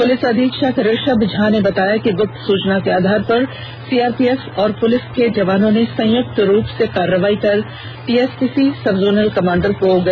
police अधीक्षक ऋषभ झा ने बताया कि गुप्त सूचना के आधार पर सीआरपीएफ और पुलिस के जवानों ने संयुक्त रूप से छापेमारी कर टीएसपीसी सबजोनल कमांडर को गिरफ्तार किया है